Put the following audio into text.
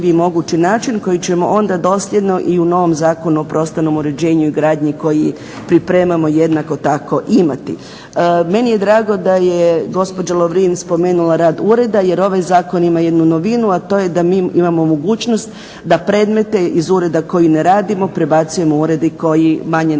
mogući način koji ćemo onda dosljedno i u novom Zakonu o prostornom uređenju i gradnji koji pripremamo jednako tako imati. Meni je drago da je gospođa Lovrin spomenula rad ureda, jer ovaj zakon ima jednu novinu, a to je da mi imamo mogućnost da predmete iz ureda koji ne radimo prebacujemo u urede koji manje nešto